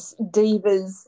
divas